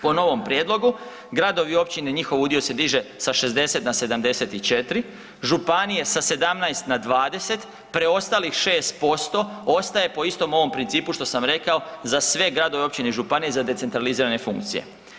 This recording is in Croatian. Po novom prijedlogu gradovi i općine, njihov udio se diže sa 60 na 74, županije sa 17 na 20, preostalih 6% ostaje po istom ovom principu što sam rekao za sve gradove, općine i županije za decentralizirane funkcije.